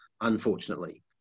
unfortunately